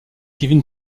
kevin